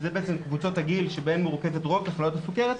שזה בעצם קבוצות הגיל שבהם מרוכזת רוב תחלואת הסכרת,